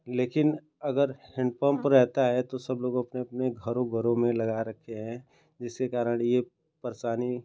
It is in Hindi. लेकिन अगर हैन्डपम्प रहता है तो सबलोग अपने अपने घरों घरों में लगा रखे हैं जिसके कारण यह परेशानी